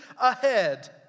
ahead